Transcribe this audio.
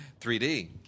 3D